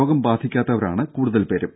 രോഗം ബാധിക്കാത്തവരാണ് കൂടുതൽപേരും